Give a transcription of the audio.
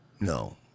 no